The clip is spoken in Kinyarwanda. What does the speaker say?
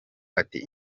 ati